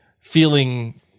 feeling